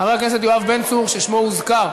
חבר הכנסת יואב בן צור, ששמו הוזכר,